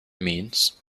means